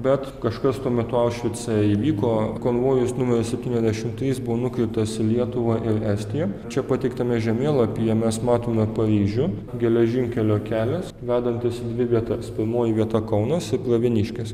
bet kažkas tuo metu aušvice įvyko konvojus numeris septyniasdešim trys buvo nukreiptas į lietuvą ir estiją čia pateiktame žemėlapyje mes matome paryžių geležinkelio kelias vedantis į dvi vietas pirmoji vieta kaunas ir pravieniškės